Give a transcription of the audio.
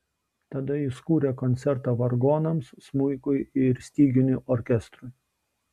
tada jis kūrė koncertą vargonams smuikui ir styginių orkestrui